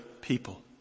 people